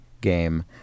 game